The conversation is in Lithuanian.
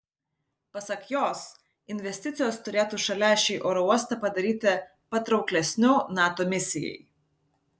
pasak jos investicijos turėtų šalia šį oro uostą padaryti patrauklesniu nato misijai